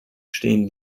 stehen